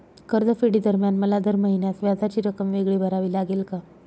कर्जफेडीदरम्यान मला दर महिन्यास व्याजाची रक्कम वेगळी भरावी लागेल का?